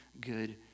good